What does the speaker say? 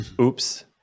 oops